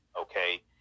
okay